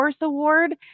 award